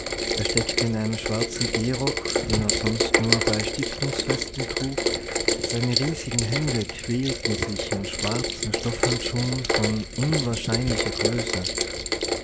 er steckte in einem schwarzen gehrock den er sonst nur bei stiftungsfesten trug seine riesigen hände quälten sich in schwarzen stoffhandschuhen von unwahrscheinlicher größe